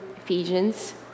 Ephesians